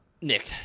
Nick